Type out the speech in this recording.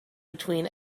between